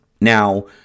Now